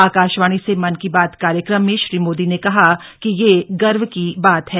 आकाशवाणी से मन की बात कार्यक्रम में श्री मोदी ने कहा कि यह गर्व की बात है